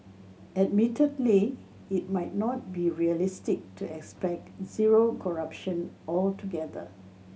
admittedly it might not be realistic to expect zero corruption altogether